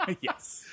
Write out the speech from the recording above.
Yes